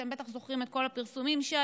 אתם בטח זוכרים את כל הפרסומים שהיו,